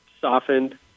softened